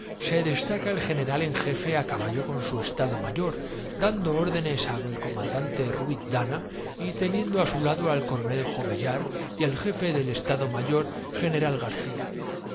destaca el general en jefe á no es que retroceden porque caminamos hacia caballo con su estado mayor dando órdenes al coman el momento en que están ocupando las posiciones que dante ruiz dana y teniendo á su lado al coronel jovetenían antes de avanzar es decir que ahora llegamos llar y al jefe del estado mayor general garcía